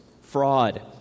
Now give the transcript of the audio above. Fraud